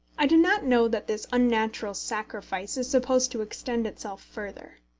i do not know that this unnatural self-sacrifice is supposed to extend itself further.